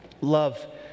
love